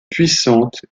puissante